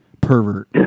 pervert